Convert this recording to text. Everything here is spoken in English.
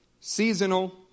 seasonal